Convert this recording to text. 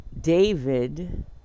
David